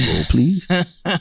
please